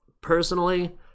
personally